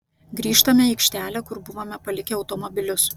grįžtame į aikštelę kur buvome palikę automobilius